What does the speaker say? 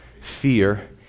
fear